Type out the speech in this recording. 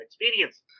experience